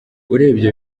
urebye